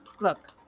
look